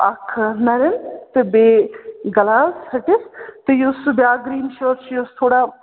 اَکھ نَرٮ۪ن تہٕ بیٚیہِ گلہَس ۂٹِس تہٕ یُس سُہ بیٛاکھ گرٛیٖن شٲٹ چھِ یُس تھوڑا